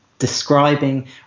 describing